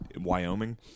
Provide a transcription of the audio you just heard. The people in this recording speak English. Wyoming